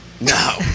No